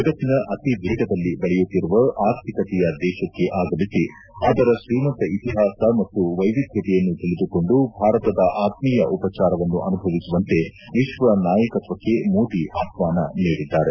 ಜಗತ್ತಿನ ಅತಿ ವೇಗದಲ್ಲಿ ಬೆಳೆಯುತ್ತಿರುವ ಆರ್ಥಿಕತೆಯ ದೇಶಕ್ಕೆ ಆಗಮಿಸಿ ಅದರ ಶ್ರೀಮಂತ ಇತಿಹಾಸ ಮತ್ತು ವೈವಿದ್ಯತೆಯನ್ನು ತಿಳಿದುಕೊಂಡು ಭಾರತದ ಆತ್ಮೀಯ ಉಪಚಾರವನ್ನು ಅನುಭವಿಸುವಂತೆ ವಿಶ್ವ ನಾಯಕತ್ವಕ್ಕೆ ಮೋದಿ ಆಹ್ವಾನ ನೀಡಿದ್ದಾರೆ